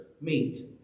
meet